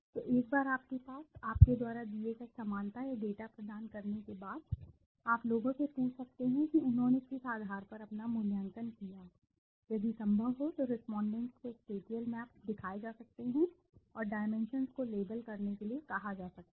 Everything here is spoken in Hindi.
तो एक बार आपके पास आपके द्वारा दिए गए समानता या डेटा प्रदान करने के बाद आप लोगों से पूछ सकते हैं कि उन्होंने किस आधार पर अपना मूल्यांकन किया यदि संभव हो तो रेस्पोंडेंट्स को स्पेटिअल मैप्स दिखाए जा सकते हैं और डाइमेंशन्सको लेबल करने के लिए कहा जा सकता है